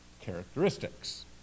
characteristics